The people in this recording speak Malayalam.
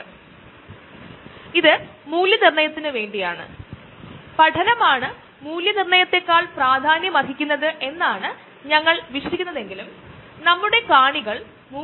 കാരണം അവയവങ്ങളുടെയും സംയുക്തകോശകളുടെയും നിർണായക പ്രവർത്തനങ്ങളിൽ ഇടപെടുന്നതിനാൽ ശരീരത്തിലെ അത്തരം ധാരാളം കോശങ്ങൾ ജീവൻ തന്നെ അപകടത്തിലാക്കുന്നു